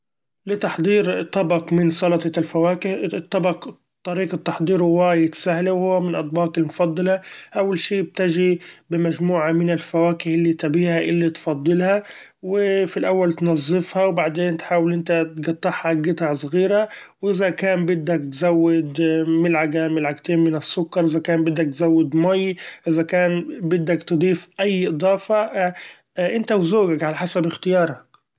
لتحضير طبق من سلطة الفواكه الطبق طريقة تحضيره وايد سهلة وهو من الاطباق المفضلة ، أول شي بتچي بمچموعة من الفواكه اللي تبيها اللي تفضلها و في الأول تنظفها ، وبعدين تحأول إنت تقطعها قطع صغيرة وإذا كان بدك تزود ملعقة ملعقتين من السكر إذا كان بدك تزود مأي إذا كان بدك تضيف أي اضافة إنت وزوقك علي حسب اختيارك.